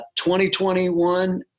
2021